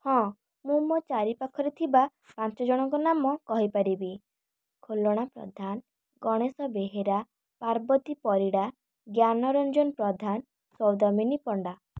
ହଁ ମୁଁ ମୋ ଚାରିପାଖରେ ଥିବା ପାଞ୍ଚଜଣଙ୍କ ନାମ କହିପାରିବି ଖୁଲଣା ପ୍ରଧାନ ଗଣେଶ ବେହେରା ପାର୍ବତୀ ପରିଡ଼ା ଜ୍ଞାନରଞ୍ଜନ ପ୍ରଧାନ ସୌଦାମିନୀ ପଣ୍ଡା